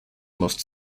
most